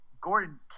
Gordon